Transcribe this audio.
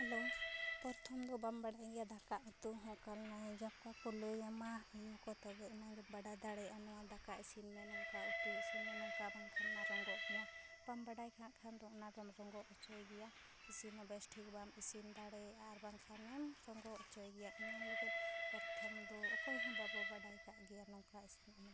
hello ᱯᱨᱚᱛᱷᱚᱢ ᱫᱚ ᱵᱟᱢ ᱵᱟᱰᱟᱭ ᱜᱮᱭᱟ ᱫᱟᱠᱟ ᱩᱛᱩ ᱦᱚᱸ ᱡᱚᱠᱷᱚᱱ ᱠᱚ ᱞᱟᱹᱭ ᱟᱢᱟ ᱛᱚᱵᱮ ᱟᱱᱟᱝ ᱜᱮᱢ ᱵᱟᱲᱟᱭ ᱫᱟᱲᱮᱭᱟᱜᱼᱟ ᱱᱚᱝᱠᱟ ᱫᱟᱠᱟ ᱤᱥᱤᱱ ᱢᱮ ᱱᱚᱝᱠᱟ ᱩᱛᱩ ᱤᱥᱤᱱ ᱢᱮ ᱱᱚᱝᱠᱟ ᱵᱟᱝᱠᱷᱟᱱ ᱢᱟ ᱨᱚᱝᱜᱚᱜ ᱜᱮᱭᱟ ᱵᱟᱢ ᱵᱟᱰᱟᱭ ᱠᱷᱟᱱ ᱟᱢᱫᱚ ᱚᱱᱟᱫᱚᱢ ᱨᱚᱸᱜᱚ ᱦᱚᱪᱚᱭ ᱜᱮᱭᱟ ᱤᱥᱤᱱ ᱦᱚᱸ ᱵᱮᱥ ᱴᱷᱤᱠ ᱤᱥᱤᱱ ᱵᱟᱢ ᱫᱟᱲᱮᱭᱟᱜᱼᱟ ᱟᱨ ᱵᱟᱝᱠᱷᱟᱱᱮᱢ ᱨᱚᱸᱜᱚ ᱦᱚᱪᱚᱭ ᱜᱮᱭᱟ ᱚᱱᱟ ᱞᱟᱹᱜᱤᱫ ᱯᱨᱚᱛᱷᱚᱢ ᱫᱚ ᱚᱠᱚᱭ ᱦᱚᱸ ᱵᱟᱵᱚᱱ ᱵᱟᱰᱟᱭ ᱠᱟᱜ ᱜᱮᱭᱟ ᱱᱚᱝᱠᱟ ᱤᱥᱤᱱ